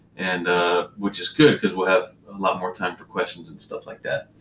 and ah which is good, because we'll have a lot more time for questions, and stuff like that.